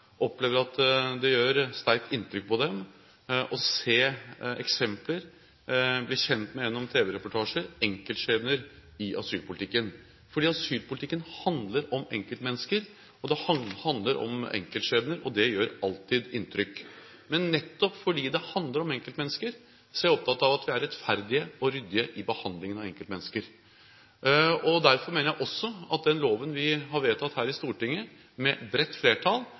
opplever at det gjør sterkt inntrykk på dem å se eksempler, bli kjent med gjennom tv-reportasjer enkeltskjebner i asylpolitikken. For asylpolitikken handler om enkeltmennesker, det handler om enkeltskjebner, og det gjør alltid inntrykk. Men nettopp fordi det handler om enkeltmennesker, er jeg opptatt av at vi er rettferdige og ryddige i behandlingen av enkeltmennesker. Derfor mener jeg også at den loven vi har vedtatt med bredt flertall her i Stortinget,